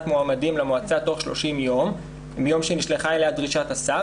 מועמדים למועצה תוך 30 יום מיום שנשלחה אליה דרישת השר,